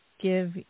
give